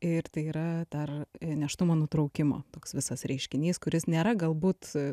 ir tai yra dar nėštumo nutraukimo toks visas reiškinys kuris nėra galbūt